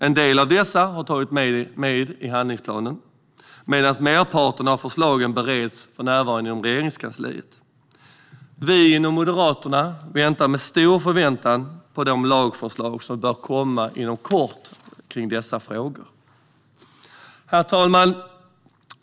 En del av dessa har tagits med i handlingsplanen medan merparten av förslagen för närvarande bereds inom Regeringskansliet. Vi i Moderaterna ser med stor förväntan fram emot de lagförslag som bör komma inom kort i dessa frågor. Herr talman!